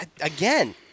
Again